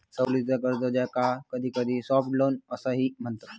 सवलतीचा कर्ज, ज्याका कधीकधी सॉफ्ट लोन असाही म्हणतत